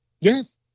Yes